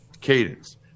cadence